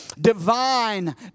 Divine